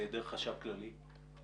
בהיעדר חשב כללי?